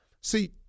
See